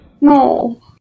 No